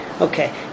Okay